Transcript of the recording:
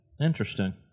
Interesting